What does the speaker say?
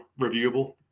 reviewable